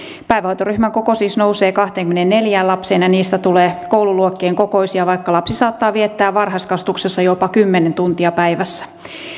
päivähoitoryhmän koko siis nousee kahteenkymmeneenneljään lapseen ja niistä tulee koululuokkien kokoisia vaikka lapsi saattaa viettää varhaiskasvatuksessa jopa kymmenen tuntia päivässä